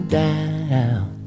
down